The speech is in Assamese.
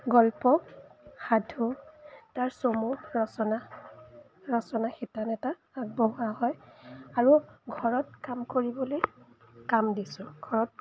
গল্প সাধু তাৰ চমু ৰচনা ৰচনা শিতান এটা আগবঢ়োৱা হয় আৰু ঘৰত কাম কৰিবলৈ কাম দিছোঁ ঘৰত